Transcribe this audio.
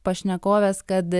pašnekovės kad